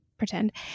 pretend